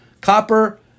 Copper